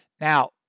Now